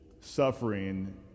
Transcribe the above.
suffering